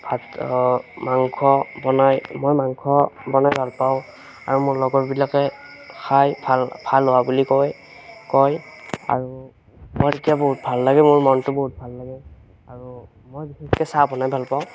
ভাত মাংস বনাই মই মাংস বনাই ভাল পাওঁ আৰু মোৰ লগৰবিলাকে খাই ভাল ভাল হোৱা বুলি কয় কয় আৰু মই তেতিয়া বহুত ভাল লাগে মোৰ মনটো বহুত ভাল লাগে আৰু মই বিশেষকৈ চাহ বনাই ভাল পাওঁ